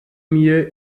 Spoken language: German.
mir